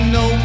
no